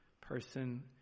person